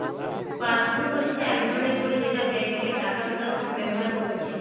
passbook হচ্ছে এক ধরণের বই যেটা বেঙ্কে টাকা তুলার সময় ব্যাভার কোরছে